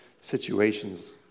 situations